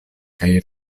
kaj